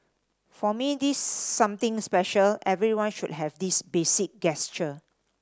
for me this something special everyone should have this basic gesture